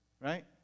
right